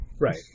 Right